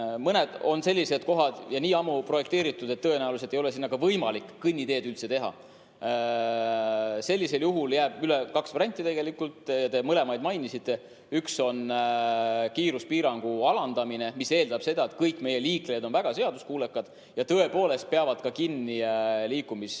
Mõned on sellised kohad ja nii ammu projekteeritud, et tõenäoliselt ei ole sinna võimalik kõnniteed üldse teha. Sellisel juhul jääb üle tegelikult kaks varianti, te mõlemaid mainisite. Üks on piirkiiruse alandamine, mis eeldab seda, et kõik meie liiklejad on väga seaduskuulekad ja tõepoolest peavad ka kiiruspiirangutest